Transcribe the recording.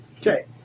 Okay